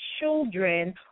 children